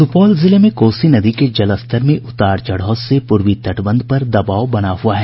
सूपौल जिले में कोसी नदी के जलस्तर में उतार चढ़ाव से पूर्वी तटबंध पर दबाव बना हुआ है